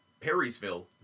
perrysville